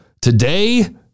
Today